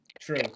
True